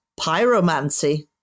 pyromancy